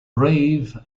brave